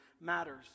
matters